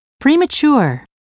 premature